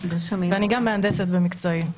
ואני גם מהנדסת במקצועי,